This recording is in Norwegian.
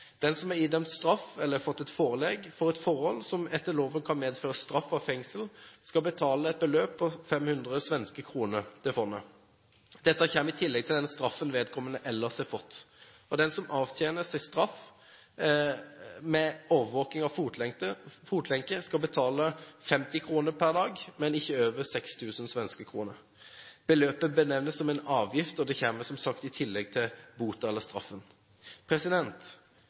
Den som er idømt straff, eller som har fått et forelegg for et forhold som etter loven kan medføre straff av fengsel, skal betale et beløp på SEK 500 til fondet. Dette kommer i tillegg til den straffen vedkommende ellers har fått. Den som avtjener sin straff med overvåking og fotlenke, skal betale SEK 50 per dag, men ikke over SEK 6 000. Beløpet benevnes som en «avgift», og den kommer som sagt i tillegg til boten, eller straffen.